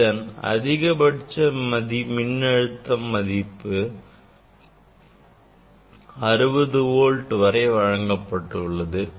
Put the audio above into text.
இதன் அதிகபட்ச மின்னழுத்தம் மதிப்பாக 60 வோல்ட் வரை வழங்கப்பட்டுள்ளது